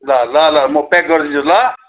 ल ल ल म प्याक गरिदिन्छु ल